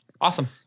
Awesome